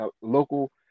local